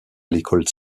l’école